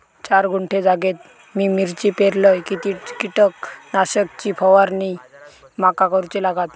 चार गुंठे जागेत मी मिरची पेरलय किती कीटक नाशक ची फवारणी माका करूची लागात?